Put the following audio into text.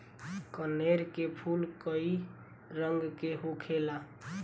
कनेर के फूल कई रंग के होखेला